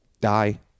die